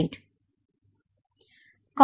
018